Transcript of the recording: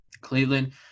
Cleveland